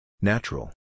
Natural